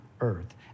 earth